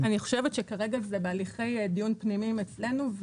כרגע זה בהליכי דיון פנימי אצלנו,